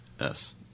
Yes